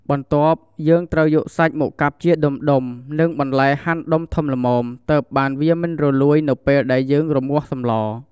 បន្ទាប់យើងត្រូវយកសាច់មកកាប់ជាដំុៗ និងបន្លែហាន់ដុំធំល្មម ទើបបានវាមិនរលួយនៅពេលដែលយើងរំងាស់សម្ល។